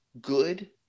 good